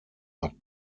hat